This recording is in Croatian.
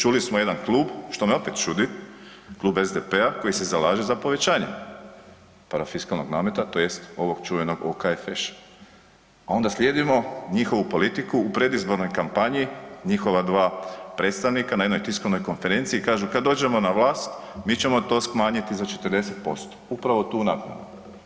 Čuli smo jedan klub što me opet čudi, klub SDP-a koji se zalaže za povećanje parafiskalnog nameta tj. ovog čuvenog OKFŠ-a a onda slijedimo njihovu politiku u predizbornoj kampanji, njihova dva predstavnika na jednoj tiskovnoj konferenciji i kažu kad dođemo na vlast, mi ćemo to smanjiti za 40%, upravo tu naknadu.